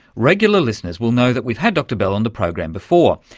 regular listeners will know that we've had dr bell on the program before.